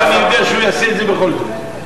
אני יודע שהוא יעשה את זה בכל מקרה.